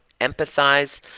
empathize